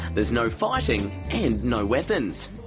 there's no fighting, and no weapons.